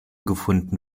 gefunden